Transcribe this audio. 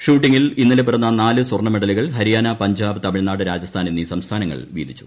ഷൂട്ടിങ്ങിൽ ഇന്നലെ പിറന്ന നാല് സ്വർണ മെഡലുകൾ ഹരിയാന പഞ്ചാബ് തമിഴ്നാട് രാജസ്ഥാൻ എന്നീ സംസ്ഥാനങ്ങൾ വീതിച്ചു